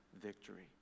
victory